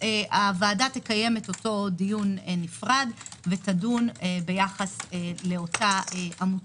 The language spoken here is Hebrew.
הוועדה תקים אותו דיון נפרד ותדון ביחס לאותה עמותה.